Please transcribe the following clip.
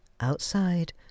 outside